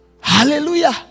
Hallelujah